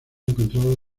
encontrados